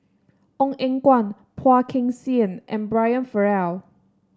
Ong Eng Guan Phua Kin Siang and Brian Farrell